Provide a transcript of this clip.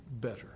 better